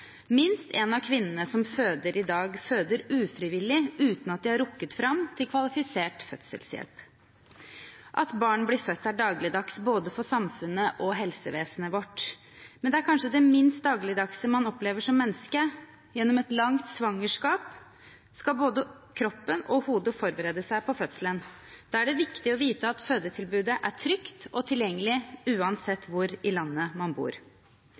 Minst én av kvinnene som føder i dag, føder ufrivillig uten at de har rukket fram til kvalifisert fødselshjelp. At barn blir født, er dagligdags både for samfunnet og for helsevesenet vårt. Men det er kanskje det minst dagligdagse man opplever som menneske. Gjennom et langt svangerskap skal både kroppen og hodet forberede seg på fødselen. Da er det viktig å vite at fødetilbudet er trygt og tilgjengelig, uansett hvor i landet man bor.